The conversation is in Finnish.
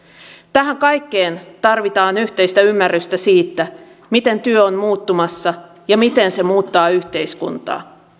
tähän kaikkeen tarvitaan yhteistä ymmärrystä siitä miten työ on muuttumassa ja miten se muuttaa yhteiskuntaa